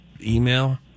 email